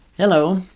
Hello